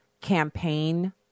campaign